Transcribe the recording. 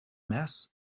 mass